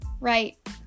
right